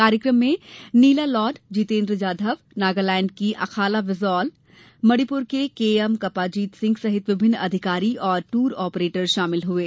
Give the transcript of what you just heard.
कार्यक्रम में नीला लॉड जितेन्द्र जाधव नागालैंड की अखाले विज़ौल मणिपुर के एम कपाजीत सिंह सहित विभिन्न अधिकारी और टूर आपरेटर शामिल हुये